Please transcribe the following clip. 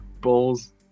balls